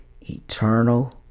eternal